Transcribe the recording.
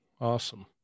Awesome